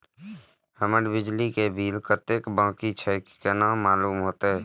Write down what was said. हमर बिजली के बिल कतेक बाकी छे केना मालूम होते?